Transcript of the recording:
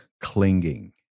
clinging